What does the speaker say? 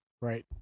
Right